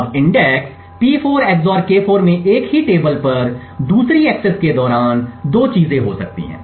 अब index P4 XOR K4 में एक ही टेबल पर दूसरी एक्सेस के दौरान 2 चीजें हो सकती हैं